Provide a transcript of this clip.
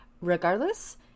Regardless